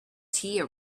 tea